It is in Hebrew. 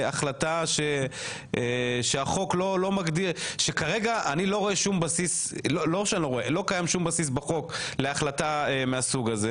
לא קיים שום בסיס בחוק להחלטה מהסוג הזה.